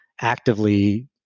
actively